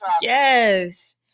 Yes